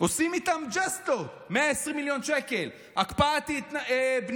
עושים איתם ג'סטות: 120 מיליון שקל, הקפאת בנייה,